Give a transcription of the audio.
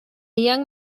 young